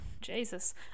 Jesus